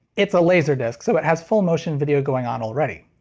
it's a laserdisc so it has full motion video going on already.